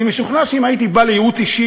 אני משוכנע שאם הייתי בא לייעוץ אישי